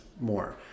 more